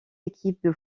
équipes